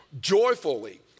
Joyfully